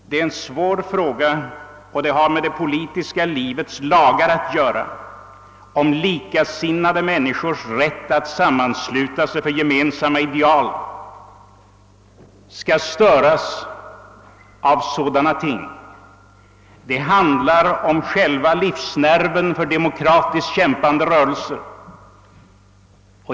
Det är en svår fråga. Det har med det politiska livets lagar att göra, om likasinnade människors rätt att samman sluta sig för gemensamma ideal skall störas av sådana ting. Det handlar om själva livsnerven för demokratiskt kämpande rörelser.